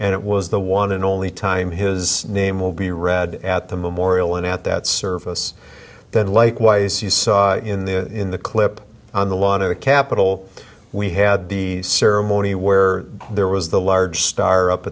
and it was the one and only time his name will be read at the memorial and at that service then likewise he saw in the in the clip on the lawn of the capitol we had the ceremony where there was the large star up